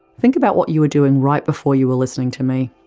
think about what you were doing right before you were listening to me,